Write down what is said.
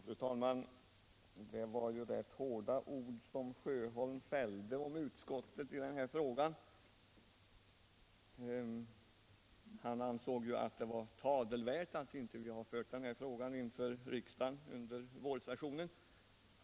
Fru talman! Det var rätt hårda ord som herr Sjöholm fällde om utskottet i den här frågan. Han ansåg att det var tadelvärt att vi inte hade tagit upp den här frågan i kammaren under vårsessionen.